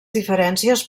diferències